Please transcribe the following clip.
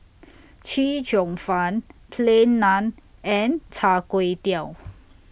Chee Cheong Fun Plain Naan and Char Kway Teow